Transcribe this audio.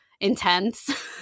intense